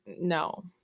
no